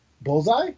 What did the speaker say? Bullseye